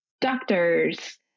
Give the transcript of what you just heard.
doctors